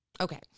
Okay